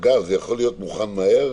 אגב, זה יכול להיות מוכן מהר?